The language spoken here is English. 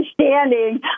standing